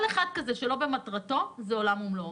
כל אחד כזה הוא עולם ומלואו.